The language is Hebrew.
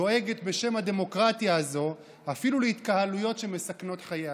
דואגת בשם הדמוקרטיה הזאת אפילו להתקהלויות שמסכנות חיי אדם.